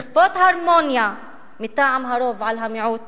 לכפות הרמוניה מטעם הרוב על המיעוט